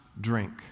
drink